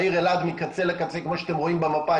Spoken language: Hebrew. העיר אלעד מקצה לקצה כמו שאתם רואים במפה,